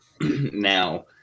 now